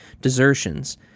desertions